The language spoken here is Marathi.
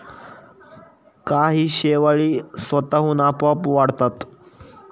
काही शेवाळी स्वतःहून आपोआप वाढतात